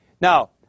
now